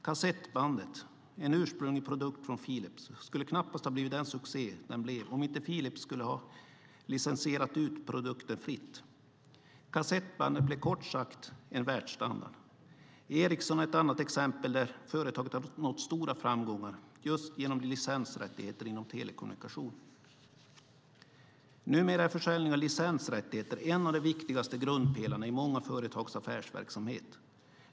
Kassettbandet, en ursprunglig produkt från Philips, skulle knappast ha blivit den succé den blev om inte Philips skulle ha licensierat ut produkten fritt. Kassettbandet blev kort sagt en världsstandard. Ericsson är ett annat exempel där företaget har nått stora framgångar just genom licensrättigheter inom telekommunikation. Numera är försäljning av licensrättigheter en av de viktigaste grundpelarna i många företags affärsverksamhet.